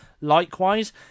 Likewise